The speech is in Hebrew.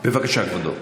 בבקשה, כבודו.